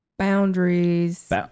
Boundaries